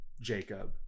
Jacob